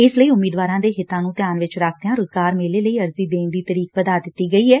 ਇਸ ਲਈ ਉਮੀਦਵਾਰਾਂ ਦੇ ਹਿੱਤਾਂ ਨੂੰ ਧਿਆਨ ਚ ਰੱਖਦਿਆਂ ਰੁਜ਼ਗਾਰ ਮੇਲੇ ਲਈ ਅਰਜੀ ਦੇਣ ਦੀ ਤਰੀਕ ਵਧਾ ਦਿੱਤੀ ਏ